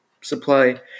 supply